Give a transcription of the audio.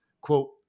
quote